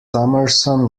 summerson